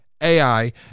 AI